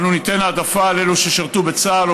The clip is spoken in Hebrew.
אנו ניתן העדפה לאלה ששירתו בצה"ל או